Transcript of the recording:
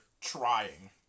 trying